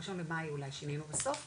ה-1 למאי אולי שינינו בסוף,